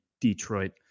Detroit